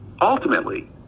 Ultimately